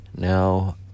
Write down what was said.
Now